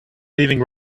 leaving